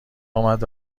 آمد